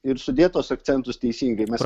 ir sudėt tuos akcentus teisingai mes